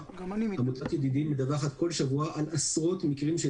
עמותת ידידים מדווחת כל שבוע על עשרות מקרים של